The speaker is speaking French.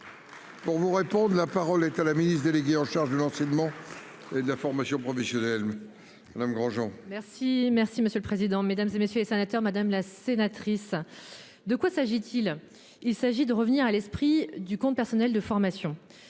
Pour vous répondre. La parole est à la ministre déléguée en charge de l'enseignement. Et de la formation professionnelle. Alain Grandjean. Merci, merci monsieur le président, Mesdames, et messieurs les sénateurs, madame la sénatrice. De quoi s'agit-il. Il s'agit de revenir à l'esprit du compte personnel de formation.